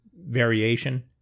variation